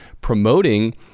promoting